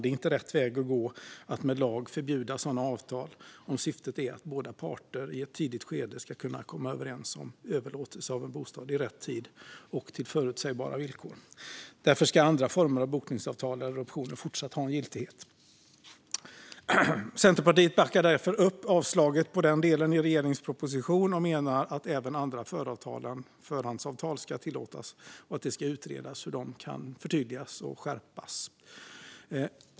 Det är inte rätt väg att gå att i lag förbjuda sådana avtal om syftet är att båda parter i ett tidigt skede ska kunna komma överens om överlåtelse av en bostad i rätt tid och till förutsägbara villkor. Därför ska andra former av bokningsavtal eller optioner fortsatt ha en giltighet. Centerpartiet backar därför upp avslaget av den delen i regeringens proposition och menar att även andra föravtal än förhandsavtal ska tillåtas och att det ska utredas hur de kan förtydligas och skärpas.